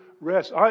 rest